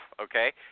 okay